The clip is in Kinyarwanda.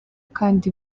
kandi